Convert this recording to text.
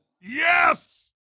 Yes